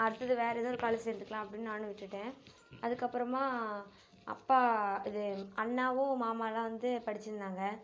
அடுத்தது வேற ஏதோ ஒரு காலேஜ் சேர்ந்துக்கலாம் அப்படின்னு நானும் விட்டுட்டேன் அதுக்கப்பறமாக அப்பா இது அண்ணாவும் மாமாவெலாம் வந்து படிச்சிருந்தாங்கள்